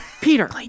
Peter